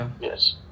Yes